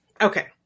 Okay